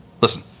Listen